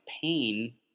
pain